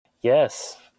Yes